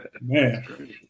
Man